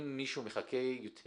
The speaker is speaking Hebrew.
אם מישהו מחכה יותר